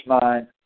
mind